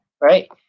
right